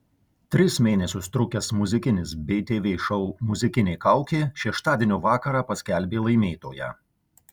tris mėnesius trukęs muzikinis btv šou muzikinė kaukė šeštadienio vakarą paskelbė laimėtoją